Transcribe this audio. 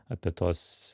apie tuos